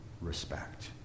respect